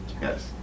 Yes